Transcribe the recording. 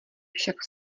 však